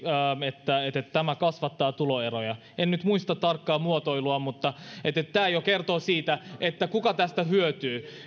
että että tämä kasvattaa tuloeroja en nyt muista tarkkaa muotoilua mutta tämä jo kertoo siitä kuka tästä hyötyy